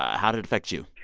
how'd it affect you?